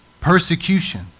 persecution